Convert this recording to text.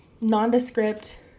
nondescript